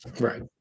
Right